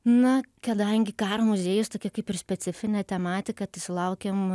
na kadangi karo muziejus tokia kaip ir specifinė tematika tai sulaukiam